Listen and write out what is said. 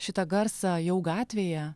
šitą garsą jau gatvėje